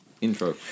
Intro